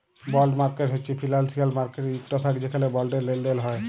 বল্ড market হছে financial মার্কেটের ইকট ভাগ যেখালে বল্ডের লেলদেল হ্যয়